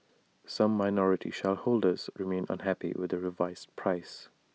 some minority shareholders remain unhappy with the revised price